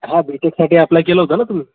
हा बी टेकसाठी अप्लाय केलं होतं ना तुम्ही